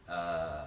err